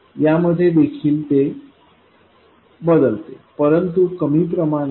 यामध्ये देखील ते बदलते परंतु कमी प्रमाणात